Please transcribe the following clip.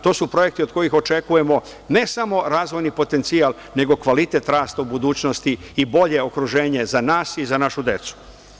To su projekti od kojih očekujemo, ne samo razvojni potencijal, nego kvalitet rasta u budućnosti i bolje okruženje za nas i za našu decu.